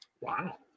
Wow